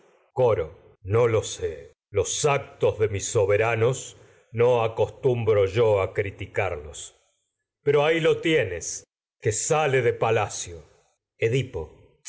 coro no tumbro sé los actos no acos yo a criticarlos pero ahi lo tienes que sale de palacio edipo